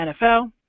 NFL